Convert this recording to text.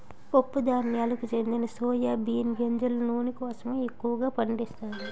పప్పు ధాన్యాలకు చెందిన సోయా బీన్ గింజల నూనె కోసమే ఎక్కువగా పండిస్తారు